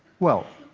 well,